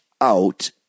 out